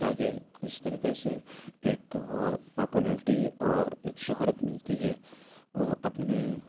تاکہ اس طریقے سے ایک پاپولرٹی اور ایک شہرت ملتی ہے وہ اپنے